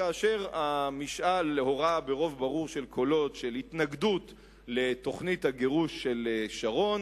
כאשר המשאל הורה ברוב קולות ברור על התנגדות לתוכנית הגירוש של שרון,